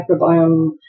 microbiome